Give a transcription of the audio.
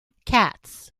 katz